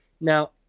Now